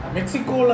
Mexico